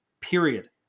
Period